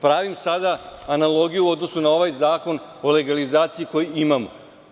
Pravim sada analogiju u odnosu na ovaj Zakon o legalizaciji koji imamo.